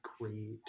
great